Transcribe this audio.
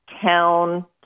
town